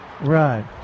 Right